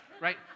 Right